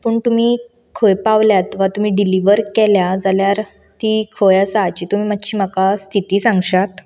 पूण तुमी खंय पावल्यात वा तुमी डिलीवर केल्या जाल्यार ती खंय आसा हाची तुमी मातशी म्हाका स्थिती सांगशात